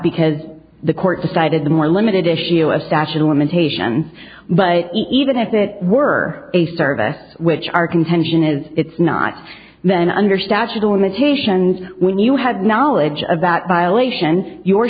because the court decided the more limited issue of statute of limitations but even if it were a service which our contention is it's not then under statute of limitations when you had knowledge of that violation you